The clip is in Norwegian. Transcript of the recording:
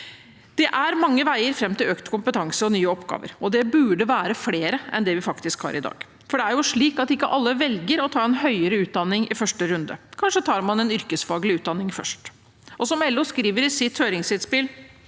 Det er mange veier fram til økt kompetanse og nye oppgaver, og det burde være flere enn det vi faktisk har i dag. Det er jo ikke slik at alle velger å ta en høyere utdanning i første runde, kanskje tar man en yrkesfaglig utdanning først. Som LO skriver i sitt høringsinnspill: